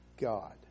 God